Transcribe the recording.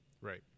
Right